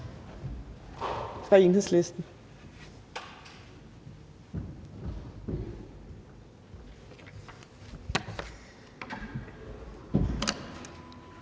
Enhedslisten.